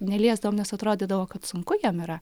neliesdavom nes atrodydavo kad sunku jam yra